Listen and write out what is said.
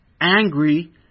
angry